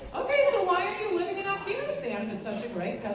ok, so why aren't you living in afghanistan if its such a great